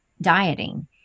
dieting